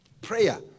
Prayer